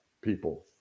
people